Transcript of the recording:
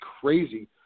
crazy